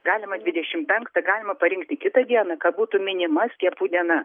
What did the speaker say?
galima dvidešim penktą galima parinkti kitą dieną ka būtų minima skiepų diena